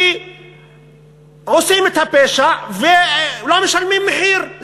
כי עושים את הפשע ולא משלמים מחיר.